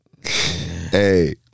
Hey